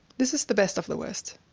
this is the best of the worst!